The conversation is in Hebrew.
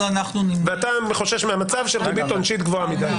אתה חושש מהמצב של ריבית עונשית גבוהה מדי.